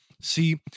See